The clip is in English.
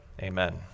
Amen